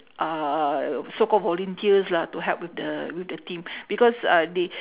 uh so-called volunteers lah to help with the with the team because uh they